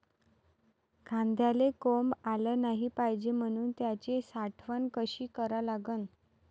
कांद्याले कोंब आलं नाई पायजे म्हनून त्याची साठवन कशी करा लागन?